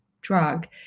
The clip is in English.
drug